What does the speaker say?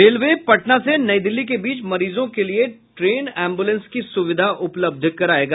railway ने पटना से नई दिल्ली के बीच मरीजों के लिए ट्रेन एम्बूलेंस की सुविधा उपलब्ध करायेगा